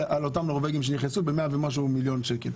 אותם נורבגים שנכנסו בלמעלה מ-100 מיליון שקל.